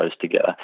together